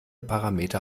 parameter